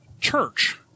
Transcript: church